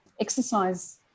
Exercise